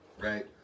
right